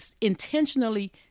intentionally